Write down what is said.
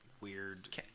weird